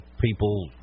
people